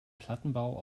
plattenbau